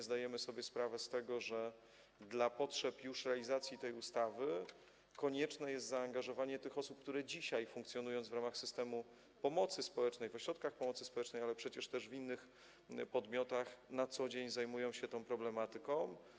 Zdajemy sobie sprawę z tego, że na potrzeby realizacji tej ustawy konieczne jest zaangażowanie tych osób, które dzisiaj funkcjonując w ramach systemu pomocy społecznej, w ośrodkach pomocy społecznej, ale też w innych podmiotach, na co dzień zajmują się tą problematyką.